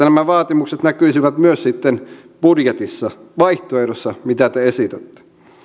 nämä vaatimukset näkyisivät myös sitten budjetissa vaihtoehdossa mitä te esitätte